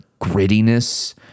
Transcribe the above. grittiness